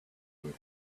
were